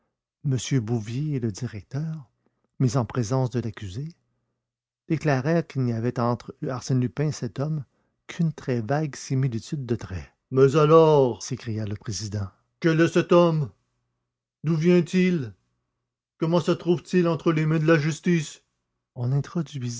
m bouvier et le directeur mis en présence de l'accusé déclarèrent qu'il n'y avait entre arsène lupin et cet homme qu'une très vague similitude de traits mais alors s'écria le président quel est cet homme d'où vient-il comment se trouve-t-il entre les mains de la justice on introduisit